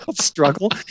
struggle